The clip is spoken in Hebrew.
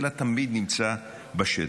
אלא תמיד נמצא בשטח.